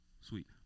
sweet